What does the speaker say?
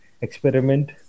experiment